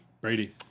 Brady